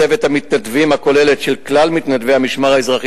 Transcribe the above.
מצבת המתנדבים הכוללת של כלל מתנדבי המשמר האזרחי